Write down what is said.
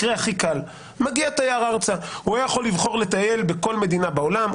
הוא היה יכול לבחור לטייל בכל מדינה בעולם,